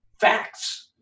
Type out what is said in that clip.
facts